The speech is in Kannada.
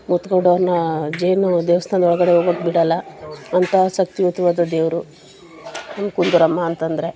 ಮುತ್ಕೊಂಡು ಅವ್ರನ್ನ ಜೇನು ದೇವ್ಸ್ಥಾನ್ದ ಒಳಗಡೆ ಹೋಗಕ್ ಬಿಡೋಲ್ಲ ಅಂಥ ಶಕ್ತಿಯುತವಾದ ದೇವರು ನಮ್ಮ ಕುಂದೂರಮ್ಮ ಅಂತಂದರೆ